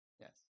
Yes